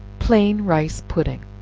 plain rice pudding.